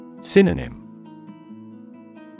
Synonym